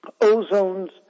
ozone's